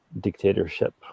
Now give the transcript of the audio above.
dictatorship